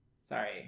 Sorry